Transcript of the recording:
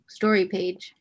StoryPage